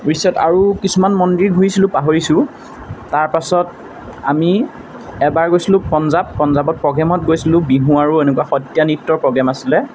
পিছত আৰু কিছুমান মন্দিৰ ঘূৰিছিলোঁ পাহৰিছোঁ তাৰপাছত আমি এবাৰ গৈছিলোঁ পঞ্জাৱ পঞ্জাৱত প্ৰগ্ৰেমত গৈছিলোঁ বিহু আৰু এনেকুৱা সত্ৰীয়া নৃত্যৰ প্ৰগ্ৰেম আছিলে